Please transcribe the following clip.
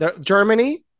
Germany